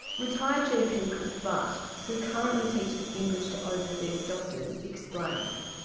retired gp chris butt who currently teaches english to overseas doctors explains.